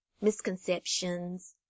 misconceptions